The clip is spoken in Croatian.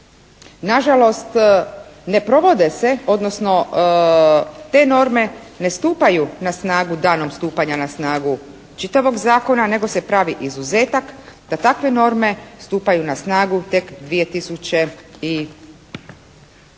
nažalost ne provode se odnosno te norme ne stupaju na snagu danom stupanja na snagu čitavog zakona nego se pravi izuzetak da takve norme stupaju na snagu tek 2000